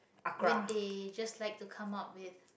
when they just like to come up with